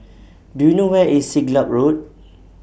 Do YOU know Where IS Siglap Road